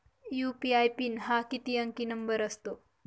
UPI PIN हा किती अंकी नंबर असतो?